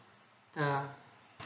the